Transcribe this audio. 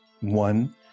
One